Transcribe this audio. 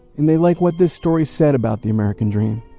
and they like what this story said about the american dream,